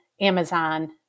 Amazon